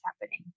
happening